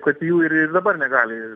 kad jų ir ir dabar negali